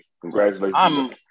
congratulations